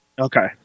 Okay